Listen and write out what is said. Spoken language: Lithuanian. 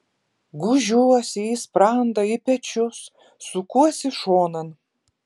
gūžiuosi į sprandą į pečius sukuosi šonan